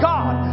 God